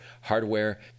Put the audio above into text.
Hardware